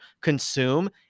consume